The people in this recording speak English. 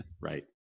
Right